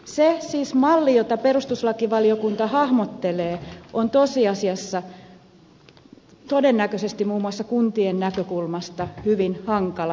siis se malli jota perustuslakivaliokunta hahmottelee on tosiasiassa todennäköisesti muun muassa kuntien näkökulmasta hyvin hankala tie edetä